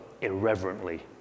irreverently